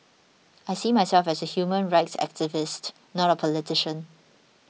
I see myself as a human rights activist not a politician